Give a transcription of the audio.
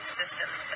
systems